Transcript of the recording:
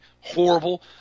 horrible